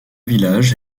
village